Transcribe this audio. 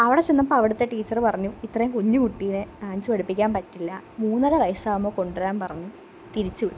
അവിടെ ചെന്നപ്പോൾ അവിടത്തെ ടീച്ചറ് പറഞ്ഞു ഇത്രയും കുഞ്ഞ് കുട്ടിനെ ഡാൻസ് പഠിപ്പിക്കാൻ പറ്റില്ല മൂന്നര വയസ്സാവുമ്പോൾ കൊണ്ടു വരാൻ പറഞ്ഞു തിരിച്ച് വിട്ടു